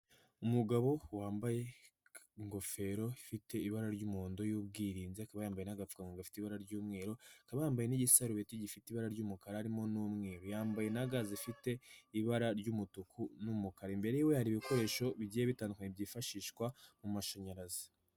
Umugabo wambaye ingofero ifite ibara ry'umuhondo y'ubwirinzi akaba yambaye n'agapfukamunwa gafite ibara ry'umweru, akaba yambaye n'igisarubeti gifite ibara ry'umukara harimo n'umweru, yambaye na ga zifite ibara ry'umutuku n'umukara, imbere yiwe hari ibikoresho bigiye bitandukanye byifashishwa mu mashanyarazi.